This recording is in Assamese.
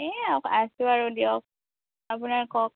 এ আছোঁ আৰু দিয়ক আপোনাৰ কওক